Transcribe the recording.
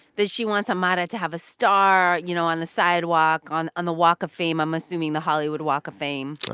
that she wants amara to have a star, you know, on the sidewalk, on on the walk of fame i'm assuming the hollywood walk of fame oh,